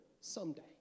someday